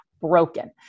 broken